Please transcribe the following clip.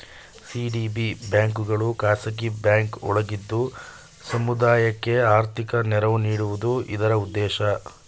CDB ಬ್ಯಾಂಕ್ಗಳು ಖಾಸಗಿ bank ಒಳಗಿದ್ದು ಸಮುದಾಯಕ್ಕೆ ಆರ್ಥಿಕ ನೆರವು ನೀಡುವುದು ಇದರ ಉದ್ದೇಶ